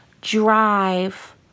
drive